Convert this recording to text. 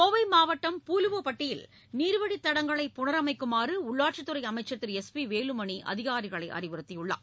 கோவை மாவட்டம் பூலுவப்பட்டியில் நீர்வழித்தடங்களை புனரமைக்குமாறு உள்ளாட்சித்துறை அமைச்சர் திரு எஸ் பி வேலுமணி அதிகாரிகளை அறிவுறுத்தியுள்ளார்